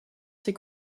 ses